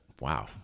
wow